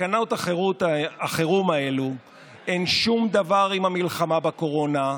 לתקנות החירום האלו אין שום דבר עם המלחמה בקורונה,